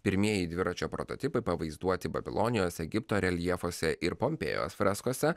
pirmieji dviračio prototipai pavaizduoti babilonijos egipto reljefuose ir pompėjos freskose